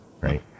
Right